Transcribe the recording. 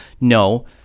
No